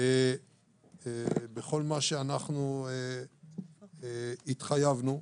בכל מה שהתחייבנו,